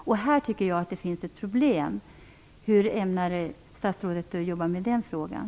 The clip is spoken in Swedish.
Här tycker jag att det finns ett problem. Hur ämnar statsrådet jobba med den frågan?